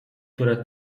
które